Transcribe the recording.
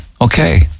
okay